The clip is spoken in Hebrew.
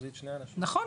כן.